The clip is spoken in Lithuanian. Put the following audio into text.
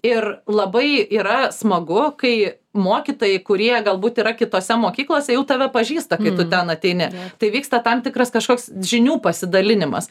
ir labai yra smagu kai mokytojai kurie galbūt yra kitose mokyklose jau tave pažįsta kai tu ten ateini tai vyksta tam tikras kažkoks žinių pasidalinimas